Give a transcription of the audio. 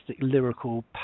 lyrical